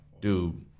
Dude